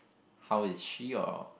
how is she or